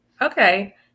Okay